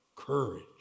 courage